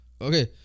Okay